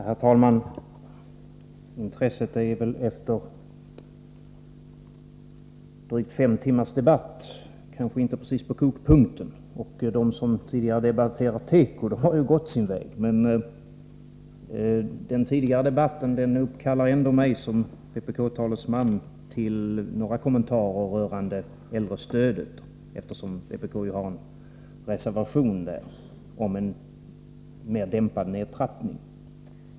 Herr talman! Intresset efter drygt fem timmars debatt är kanske inte precis på kokpunkten, och de som tidigare har debatterat teko har gått sin väg. Men den tidigare debatten uppkallar ändå mig som vpk-talesman till några kommentarer rörande äldrestödet, eftersom vpk ju har en reservation om en mer dämpad nedtrappning.